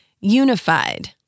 unified